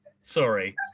sorry